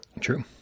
true